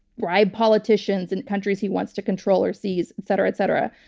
bribe politicians in countries he wants to control or seize, et cetera, et cetera.